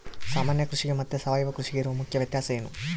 ಸಾಮಾನ್ಯ ಕೃಷಿಗೆ ಮತ್ತೆ ಸಾವಯವ ಕೃಷಿಗೆ ಇರುವ ಮುಖ್ಯ ವ್ಯತ್ಯಾಸ ಏನು?